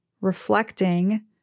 Reflecting